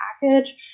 package